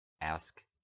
ask